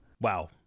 Wow